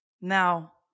Now